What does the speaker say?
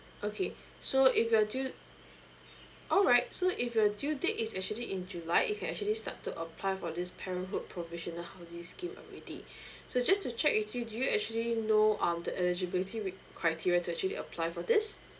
okay so if your due alright so if your due date is actually in july you can actually start to apply for this parenthood provisional housing scheme already so just to check with you do you actually know um the eligibility re~ criteria to actually apply for this